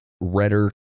redder